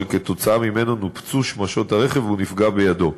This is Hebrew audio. וכתוצאה ממנו נופצו שמשות הרכב והוא נפגע בידו.